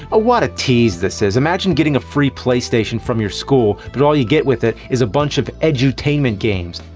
a lot of tease this is. imagine getting a free playstation from your school but all you get with it is a bunch of edutainment games.